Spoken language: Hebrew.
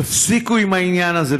תפסיקו עם העניין הזה.